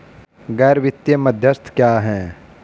गैर वित्तीय मध्यस्थ क्या हैं?